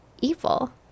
evil